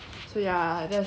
the best but